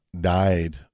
died